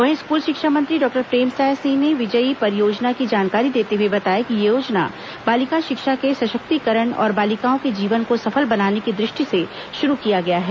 वहीं स्कूल शिक्षा मंत्री डॉक्टर प्रेमसाय सिंह ने विजयी परियोजना की जानकारी देते हुए बताया कि यह योजना बालिका शिक्षा के सशक्तिकरण और बालिकाओं के जीवन को सफल बनाने के दृष्टि से शुरू किया गया है